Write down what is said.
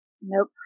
Nope